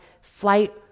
flight